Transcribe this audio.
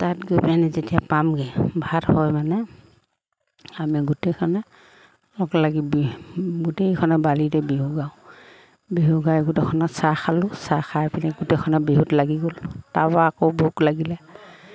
তাত গৈ পেলাইনি যেতিয়া পামগৈ ভাত হয় মানে আমি গোটেইখনে লগ লাগি বিহু গোটেইখনে বালিতে বিহু গাওঁ বিহু গাই গোটেইখনত চাহ খালোঁ চাহ খাই পিনি গোটেইখনে বিহুত লাগি গ'লোঁ তাৰপৰা আকৌ ভোক লাগিলে